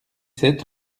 sept